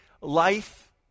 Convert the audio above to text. life